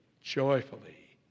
joyfully